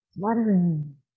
fluttering